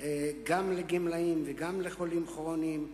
גם לגמלאים וגם לחולים כרוניים,